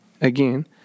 again